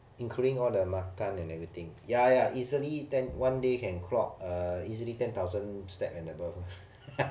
including all the makan and everything ya ya easily then one day can clock uh easily ten thousand steps and above